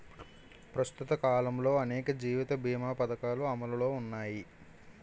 ప్రస్తుత కాలంలో అనేక జీవిత బీమా పధకాలు అమలులో ఉన్నాయి